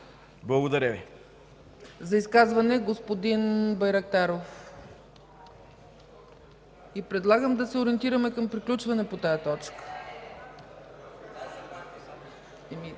ЦЕЦКА ЦАЧЕВА: За изказване – господин Байрактаров. Предлагам да се ориентираме към приключване по тази точка.